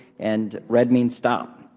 and red means stop.